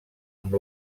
amb